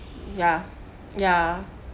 yeah yeah